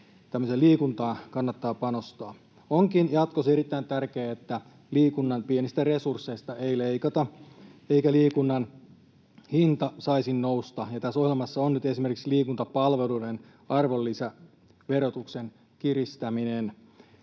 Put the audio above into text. ihmisten liikuntaan kannattaa panostaa. Onkin jatkossa erittäin tärkeää, että liikunnan pienistä resursseista ei leikata eikä liikunnan hinta saisi nousta, mutta tässä ohjelmassa on nyt esimerkiksi liikuntapalveluiden arvonlisäverotuksen kiristäminen.